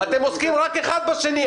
אתם עוסקים רק אחד בשני.